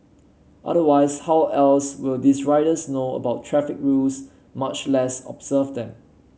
otherwise how else will these riders know about traffic rules much less observe them